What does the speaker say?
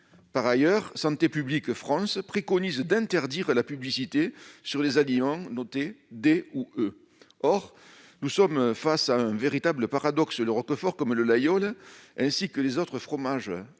Par ailleurs, Santé publique France préconise d'interdire la publicité pour les aliments notés D et E. Or nous sommes face à un véritable paradoxe : le roquefort et le laguiole, ainsi que les autres fromages